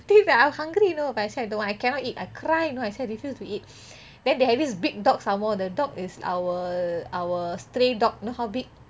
ah I was hungry you know but I said I don't want I cannot eat I cry you know I said refuse to eat then they have this big dog some more the dog is our our stray dog you know how big